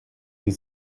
die